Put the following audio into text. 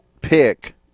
pick